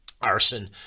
arson